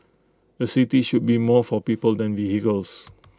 A city should be more for people than vehicles